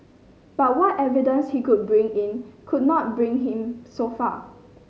but what evidence he could bring in could not bring him so far